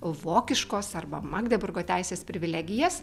vokiškos arba magdeburgo teisės privilegijas